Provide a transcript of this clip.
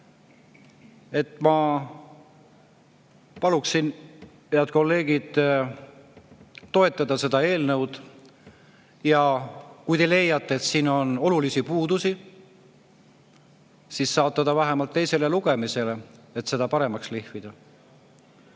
Ma palun, head kolleegid, toetada seda eelnõu. Kui te leiate, et siin on olulisi puudusi, siis võiks saata selle vähemalt teisele lugemisele, et seda paremaks lihvida.